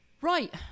Right